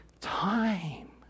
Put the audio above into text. time